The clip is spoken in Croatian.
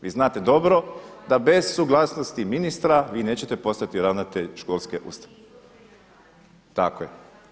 Vi znate dobro da bez suglasnosti ministra vi nećete postati ravnatelj školske ustanove. … [[Upadica iz klupe, ne čuje se.]] Tako je.